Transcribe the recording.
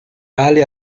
ali